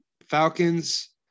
Falcons